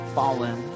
fallen